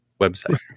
website